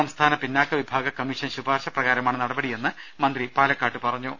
സംസ്ഥാന പിന്നാക്കവിഭാഗ കമ്മീഷൻ ശുപാർശ പ്രകാരമാണ് നടപടിയെന്ന് മന്ത്രി പാലക്കാട്ട് പറഞ്ഞു